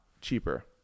cheaper